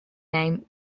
name